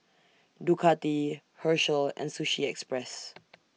Ducati Herschel and Sushi Express